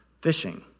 fishing